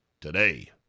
today